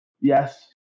Yes